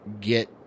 get